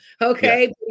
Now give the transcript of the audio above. okay